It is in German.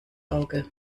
auge